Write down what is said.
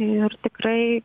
ir tikrai